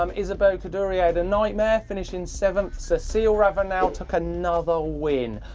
um isabeau courdurier, the nightmare finishing seventh. cecile ravanel took another win.